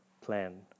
plan